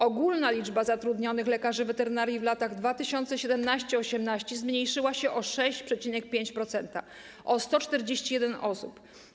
Ogólna liczba zatrudnionych lekarzy weterynarii w latach 2017-2018 zmniejszyła się o 6,5%, co daje 141 osób.